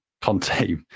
Conte